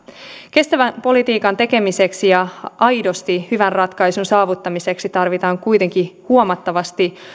kestävän politiikan tekemiseksi ja aidosti hyvän ratkaisun saavuttamiseksi tarvitaan kuitenkin huomattavasti